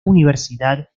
universidad